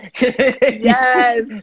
Yes